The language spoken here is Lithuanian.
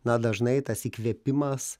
na dažnai tas įkvėpimas